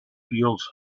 feels